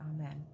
amen